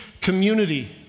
community